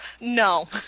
No